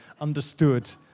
understood